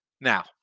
Now